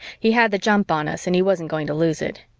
he had the jump on us and he wasn't going to lose it.